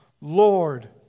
Lord